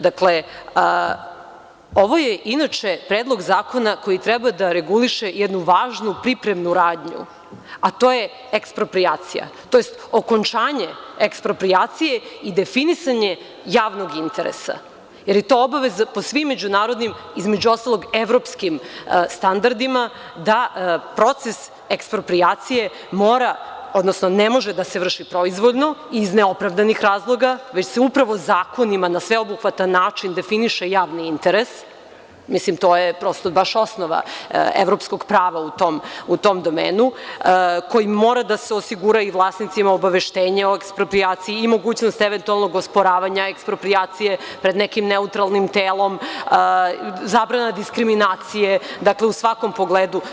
Dakle, ovo je inače Predlog zakona koji treba da reguliše jednu važnu pripremnu radnju, a to je eksproprijacija, odnosno okončanje eksproprijacije i definisanje javnog interesa, jer je to obaveza po svim međunarodnim, između ostalog, evropskim standardima da proces eksproprijacije mora, odnosno ne može da se vrši proizvoljno, iz neopravdanih razloga, već se upravo zakonima, na sveobuhvatan način definiše javni interes i to je prosto baš osnova evropskog prava u tom domenu koji mora da se osigura i vlasnicima obaveštenja o eksproprijaciji i mogućnosti eventualnog osporavanja eksproprijacije pred nekim neutralnim telom, zabrana diskriminacije, u svakom pogledu.